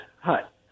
hut